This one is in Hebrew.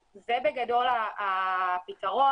זה בגדול הפתרון.